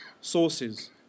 sources